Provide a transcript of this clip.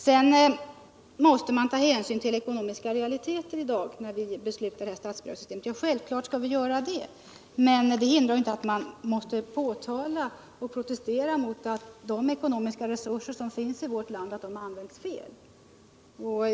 Självfallet måste vi ta hänsyn till de ekonomiska realiteterna när vi i dag skall fatta beslut om detta statsbidragssystem. Men det hindrar inte att vi måste påtala och protestera mot att de ekonomiska resurser som finns i vårt land används på ett felaktigt sätt.